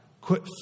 Quit